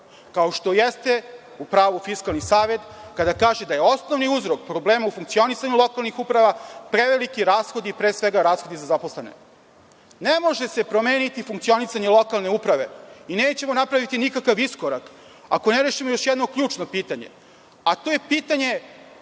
Kao što jeste u pravu i Fiskalni savet kada kaže da je osnovni uzrok problema u funkcionisanju lokalnih uprava preveliki rashodi, pre svega rashodi za zaposlene. Ne može se promeniti funkcionisanje lokalne uprave i nećemo napraviti nikakav iskorak ako ne rešimo još jedno ključno pitanje, a to je pitanje